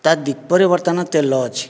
ତା ଦୀପରେ ବର୍ତ୍ତମାନ ତେଲ ଅଛି